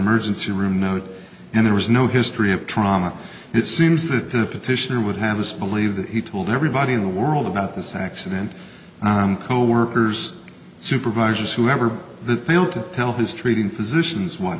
emergency room note and there was no history of trauma it seems that the petitioner would have us believe that he told everybody in the world about this accident coworkers supervisors whoever that they'll to tell his treating physicians